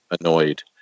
annoyed